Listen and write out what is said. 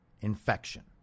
infection